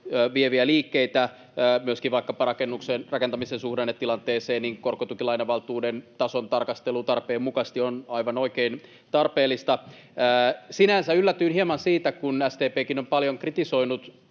vieviä liikkeitä. Myöskin vaikkapa rakentamisen suhdannetilanteeseen korkotukilainavaltuuden tason tarkastelu tarpeenmukaisesti on, aivan oikein, tarpeellista. Sinänsä yllätyin hieman siitä, että kun SDP:kin on paljon kritisoinut